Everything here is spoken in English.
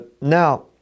Now